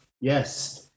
Yes